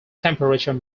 temperature